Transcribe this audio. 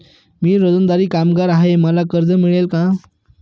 मी रोजंदारी कामगार आहे मला कर्ज मिळेल का?